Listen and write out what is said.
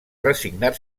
resignar